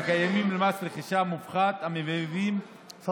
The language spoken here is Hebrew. הקיימים למס רכישה מופחת, הוספתי